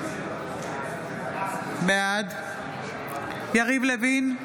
בעד יריב לוין,